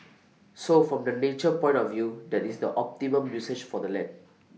so from the nature point of view that is the optimum usage for the land